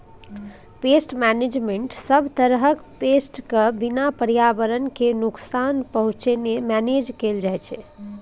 pest मेनेजमेन्टमे सब तरहक पेस्ट केँ बिना पर्यावरण केँ नुकसान पहुँचेने मेनेज कएल जाइत छै